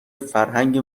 فرهنگ